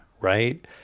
Right